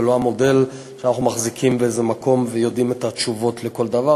ולא המודל שאנחנו מחזיקים באיזה מקום ויודעים את התשובות לכל דבר,